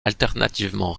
alternativement